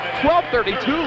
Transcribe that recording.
12.32